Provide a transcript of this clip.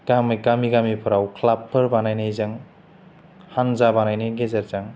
गामि गामि गामिफोराव क्लाबफोर बानायनायजों हान्जा बानायनाय गेजेरजों